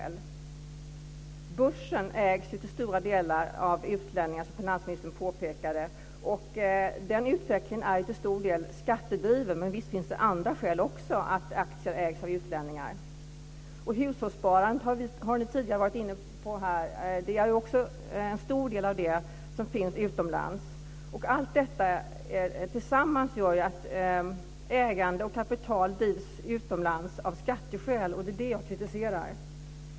Börsen ägs ju till stora delar av utlänningar, som finansministern påpekade. Och den utvecklingen är ju till stor del skattedriven, men visst finns det andra skäl också till att aktier ägs av utlänningar. En stor del av hushållssparandet, som ni tidigare har varit inne på här, finns utomlands. Allt detta tillsammans gör ju att ägande och kapital drivs utomlands av skatteskäl, och det är detta som jag kritiserar.